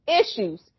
issues